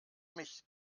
mich